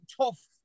tough